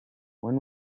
when